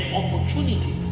opportunity